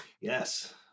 Yes